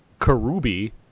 Karubi